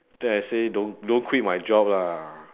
then I say don't don't quit my job lah